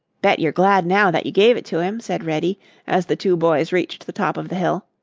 bet you're glad now that you gave it to him, said reddy as the two boys reached the top of the hill.